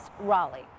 Raleigh